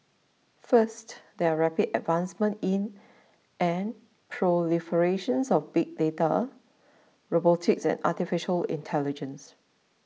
first there are rapid advancements in and proliferation of big data robotics and Artificial Intelligence